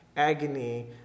Agony